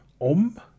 Om